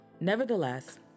nevertheless